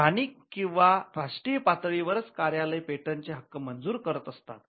स्थानिक किंवा राष्ट्रीय पातळीवरच कार्यालय पेटंटचे हक्क मंजूर करत असतात